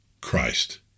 Christ